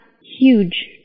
huge